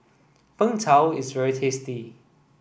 Png Tao is very tasty